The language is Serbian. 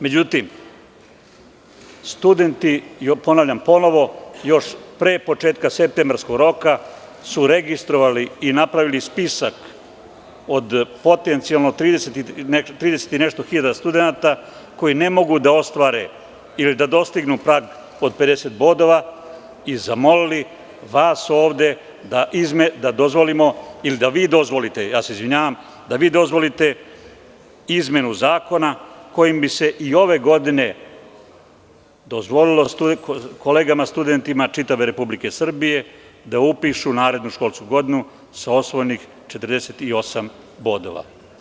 Međutim, studenti, ponovo ponavljam, još pre početka septembarskog roka, su registrovali i napravili spisak od potencijalno 30 i nešto hiljada studenata, koji ne mogu da ostvare ili da dostignu prag od 50 bodova i zamolili vas ovde da dozvolite izmenu zakona kojim bi se i ove godine dozvolilo kolegama studentima u čitavoj Republici Srbiji da upišu narednu školsku godinu sa osvojenih 48 bodova.